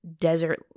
desert